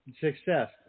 success